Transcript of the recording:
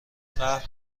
قهر